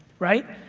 right?